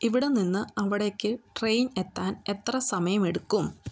ഇവിടെ നിന്ന് അവിടേക്ക് ട്രെയിൻ എത്താൻ എത്ര സമയമെടുക്കും